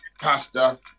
pasta